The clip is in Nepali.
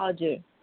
हजुर